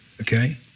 Okay